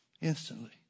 instantly